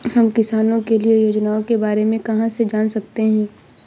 हम किसानों के लिए योजनाओं के बारे में कहाँ से जान सकते हैं?